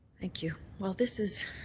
thank you. well, this is